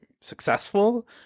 Successful